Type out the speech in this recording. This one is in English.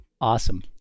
Awesome